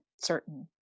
certain